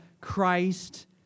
Christ